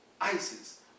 Isis